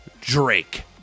Drake